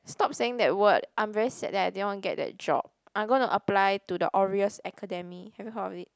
stop saying that word I'm very sad that I did not get that job I'm going to apply to the Orioles Academy have you heard of it